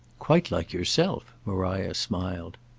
quite like yourself! maria smiled.